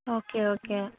okay okay